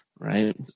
Right